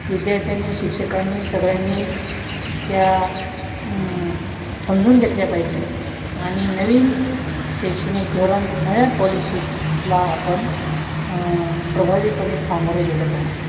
विद्यार्थ्यांनी शिक्षकांनी सगळ्यांनी त्या समजून घेतल्या पाहिजे आणि नवीन शैक्षणिक धोरण नव्या पॉलिशीजला आपण प्रभावीपणे सामोरे गेलं पाहिजे